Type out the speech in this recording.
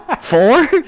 Four